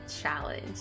Challenge